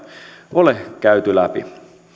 ole käyty läpi